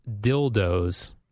dildos